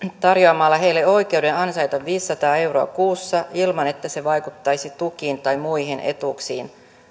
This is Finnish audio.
tarjoamalla heille oikeus ansaita viisisataa euroa kuussa ilman että se vaikuttaisi tukiin tai muihin etuuksiin